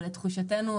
אבל לתחושתנו,